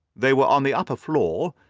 they were on the upper floor,